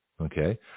okay